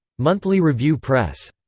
monthly review press.